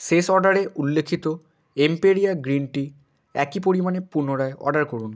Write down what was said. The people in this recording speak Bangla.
শেষ অর্ডারে উল্লিখিত এম্পেরিয়া গ্রীন টি একই পরিমাণে পুনরায় অর্ডার করুন